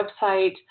website